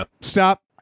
stop